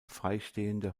freistehende